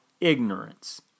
ignorance